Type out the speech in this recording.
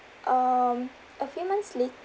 um a few months late